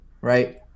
right